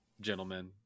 gentlemen